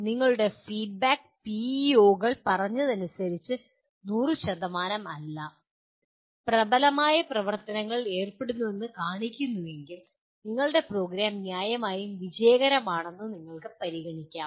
നിങ്ങളുടെ feedback PEO കൾ പറഞ്ഞതനുസരിച്ച് 100 അല്ല പ്രബലമായി പ്രവർത്തനങ്ങളിൽ ഏർപ്പെടുന്നുവെന്ന് കാണിക്കുന്നുവെങ്കിൽ നിങ്ങളുടെ പ്രോഗ്രാം ന്യായമായും വിജയകരമാണെന്ന് നിങ്ങൾക്ക് പരിഗണിക്കാം